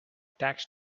tax